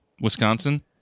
Wisconsin